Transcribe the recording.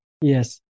Yes